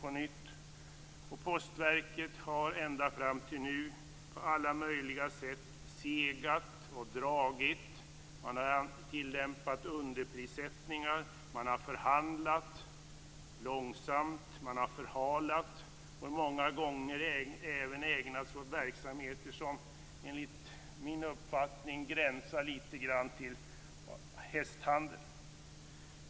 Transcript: Postverket har ända fram till nu på alla möjliga sätt segat och dragit. Man har tillämpat underprissättningar. Man har förhandlat långsamt. Man har förhalat. Många gånger har man även ägnat sig åt verksamheter som enligt min uppfattning gränsar till hästhandel.